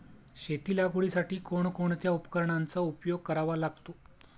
शेती लागवडीसाठी कोणकोणत्या उपकरणांचा उपयोग करावा लागतो?